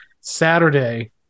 Saturday